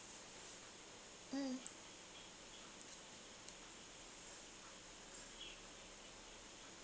mm